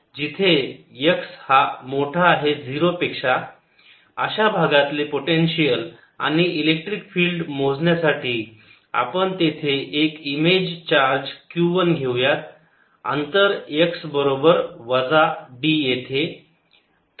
जिथे x हा मोठा आहे 0 पेक्षा अशा भागातले पोटेन्शियल आणि इलेक्ट्रिक फील्ड मोजण्यासाठी आपण तेथे एक इमेज चार्ज q 1 घेऊयात अंतर x बरोबर वजा d येथे